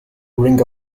ring